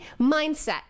mindset